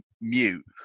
mute